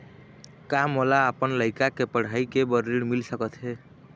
का मोला अपन लइका के पढ़ई के बर ऋण मिल सकत हे?